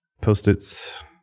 Post-its